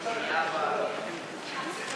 סתיו שפיר, איציק